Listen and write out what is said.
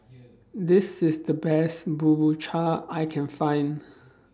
This IS The Best Bubur Cha I Can Find